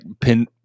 pin